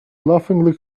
laughingly